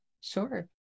sure